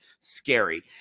scary